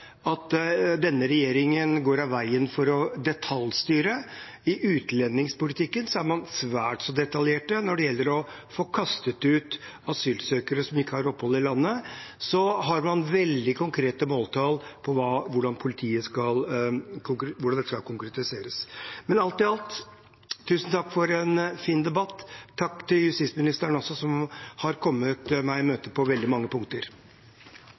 denne regjeringen går av veien for å detaljstyre. I utlendingspolitikken er man svært så detaljert. Når det gjelder å få kastet ut asylsøkere som ikke har opphold i landet, har man veldig konkrete måltall for hvordan dette skal konkretiseres. Men alt i alt: Tusen takk for en fin debatt, og takk også til justisministeren, som har kommet meg i møte på veldig mange punkter.